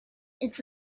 its